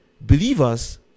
believers